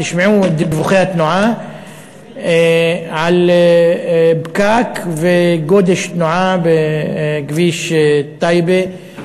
תשמעו את דיווחי התנועה על פקק וגודש תנועה בכביש טייבה,